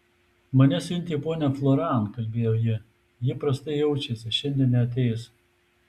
mane siuntė ponia floran kalbėjo ji ji prastai jaučiasi šiandien neateis